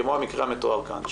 כמו המקרה המתואר כאן,